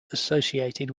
associated